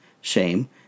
shame